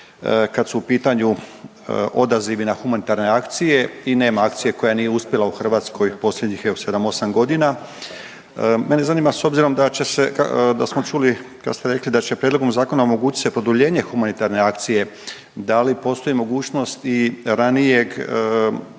kada su u pitanju odazivi na humanitarne akcije i nema akcije koja nije uspjela u Hrvatskoj u posljednjih sedam, osam godina. Mene zanima s obzirom da će se da smo čuli kad ste rekli da će prijedlogom zakona omogućit se produljenje humanitarne akcije, da li postoji mogućnost i ranijeg